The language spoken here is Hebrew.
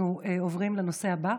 אנחנו עוברים לנושא הבא.